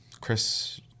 Chris